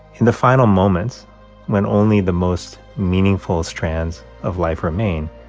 in the final moments when only the most meaningful strands of life remain,